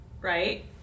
Right